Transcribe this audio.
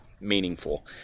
meaningful